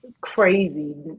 Crazy